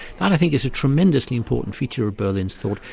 that i think is a tremendously important feature of berlin's thought,